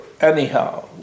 Anyhow